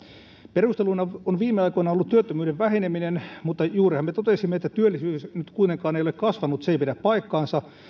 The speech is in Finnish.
perusteluna on viime aikoina ollut työttömyyden väheneminen mutta juurihan me totesimme että työllisyys nyt kuitenkaan ei ole kasvanut että se ei pidä paikkaansa